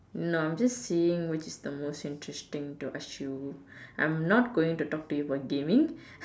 no I am just seeing which is the most interesting to ask you I am not going to talk to you about gaming